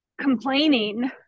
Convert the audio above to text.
complaining